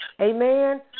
Amen